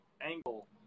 angle